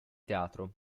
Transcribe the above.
teatro